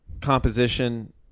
composition